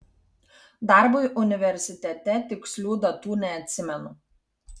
darbui universitete tikslių datų neatsimenu